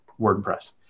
WordPress